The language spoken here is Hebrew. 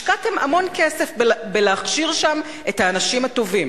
השקעתם המון כסף בלהכשיר שם את האנשים הטובים,